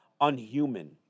unhuman